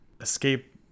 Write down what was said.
escape